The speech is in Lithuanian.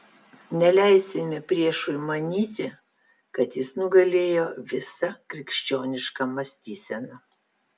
neleisime priešui manyti kad jis nugalėjo visą krikščionišką mąstyseną